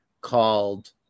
called